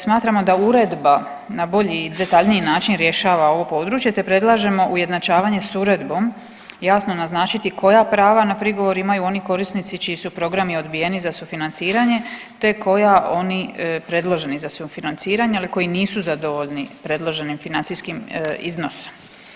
Smatramo da uredba na bolji i detaljniji način rješava ovo područje, te predlažemo ujednačavanje s uredbom jasno naznačiti koja prava na prigovor imaju oni korisnici čiji su programi odbijeni za sufinanciranje, te koja oni predloženi za sufinanciranje ili koji nisu zadovoljni predloženim financijskim iznosom.